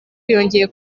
yongeye